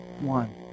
one